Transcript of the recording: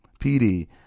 PD